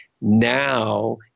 now